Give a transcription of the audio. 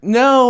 no